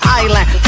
island